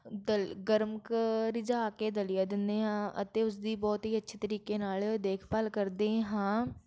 ਦਲ ਗਰਮ ਘ ਰਿਝਾ ਕੇ ਦਲੀਆ ਦਿੰਦੇ ਹਾਂ ਅਤੇ ਉਸਦੀ ਬਹੁਤ ਹੀ ਅੱਛੇ ਤਰੀਕੇ ਨਾਲ ਦੇਖਭਾਲ ਕਰਦੇ ਹਾਂ